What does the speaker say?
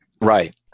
Right